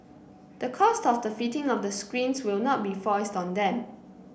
the cost of the fitting of the screens will not be foisted on them